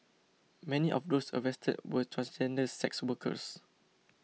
many of those arrested were transgender sex workers